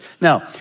Now